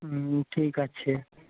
হুম ঠিক আছে